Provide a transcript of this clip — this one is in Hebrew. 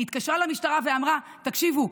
היא התקשרה למשטרה ואמרה: תקשיבו,